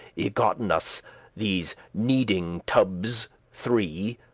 y-gotten us these kneading tubbes three,